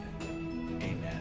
Amen